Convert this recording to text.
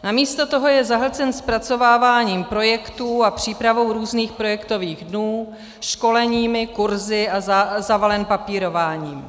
Namísto toho je zahlcen zpracováváním projektů a přípravou různých projektových dnů, školeními, kurzy a je zavalen papírováním.